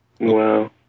Wow